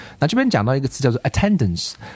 那这边讲到一个词叫做attendance